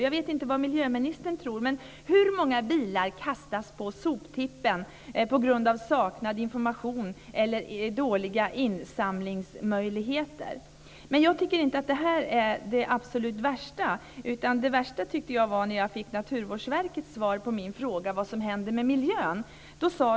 Jag vet inte vad miljöministern tror, men hur många bilar kastas på soptippen på grund av saknad information eller dåliga insamlingsmöjligheter? Jag tycker inte att det är det absolut värsta. Det värsta var när jag fick Naturvårdsverkets svar på min fråga om vad som händer med miljön.